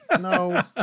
no